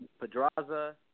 Pedraza